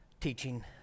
teaching